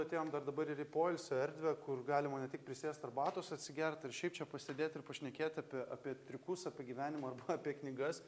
atėjom dar dabar ir į poilsio erdvę kur galima ne tik prisėst arbatos atsigert ir šiaip čia pasėdėt ir pašnekėt apie apie triukus apie gyvenimą arba apie knygas